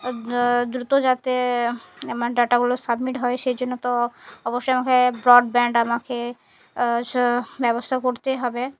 দ্রুত যাতে আমার ডাটাগুলো সাবমিট হয় সেই জন্য তো অবশ্যইাকে ব্রডব্যান্ড আমাকে ব্যবস্থা করতেই হবে